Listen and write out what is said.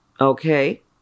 Okay